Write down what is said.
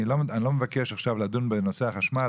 אני לא מבקש עכשיו לדון בנושא החשמל,